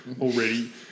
already